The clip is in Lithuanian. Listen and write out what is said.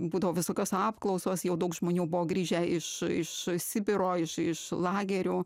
būdavo visokios apklausos jau daug žmonių buvo grįžę iš iš sibiro iš iš lagerių